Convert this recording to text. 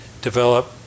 develop